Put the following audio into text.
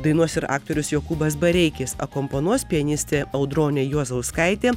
dainuos ir aktorius jokūbas bareikis akompanuos pianistė audronė juozauskaitė